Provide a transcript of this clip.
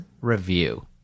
review